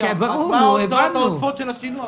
שם אז מה ההוצאות העודפות של השינוע?